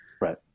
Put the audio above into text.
Right